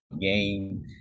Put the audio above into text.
game